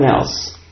else